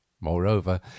Moreover